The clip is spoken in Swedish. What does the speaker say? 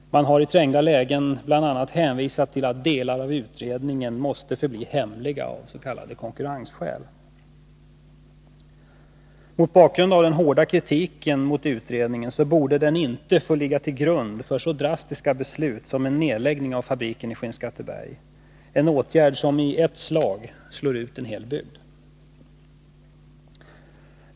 Man har i trängda lägen bl.a. hänvisat till att delar av utredningen måste förbli hemliga av s.k. konkurrensskäl. Mot bakgrund av den hårda kritiken mot utredningen borde den inte få ligga till grund för så drastiska beslut som en nedläggning av fabriken i Skinnskatteberg — en åtgärd som i ett slag slår ut en hel bygd.